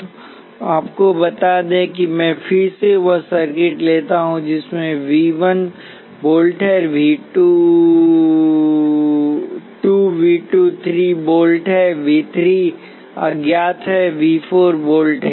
तो आपको बता दें कि मैं फिर से वही सर्किट लेता हूं जिसमें वी 1 1 वोल्ट है वी 2 3 वोल्ट है वी 3 अज्ञात है और वी 4 4 वोल्ट है